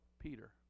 Peter